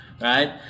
right